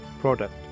product